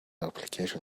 application